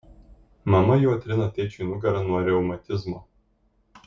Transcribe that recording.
mama juo trina tėčiui nugarą nuo reumatizmo